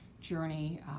journey